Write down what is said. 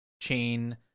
chain